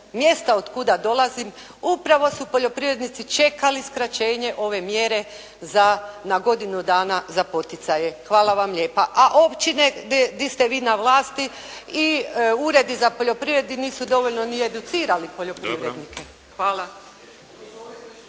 mjesta od kuda dolazim upravo su poljoprivrednici čekali skraćenje ove mjere za na godinu dana za poticaje. Hvala vam lijepa. A općine gdje ste vi na vlasti i uredi za poljoprivredu nisu dovoljno ni educirali poljoprivrednike. …